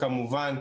כמובן,